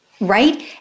Right